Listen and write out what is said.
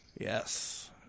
Yes